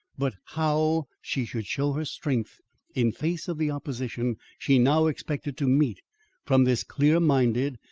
but how she should show her strength in face of the opposition she now expected to meet from this clear-minded,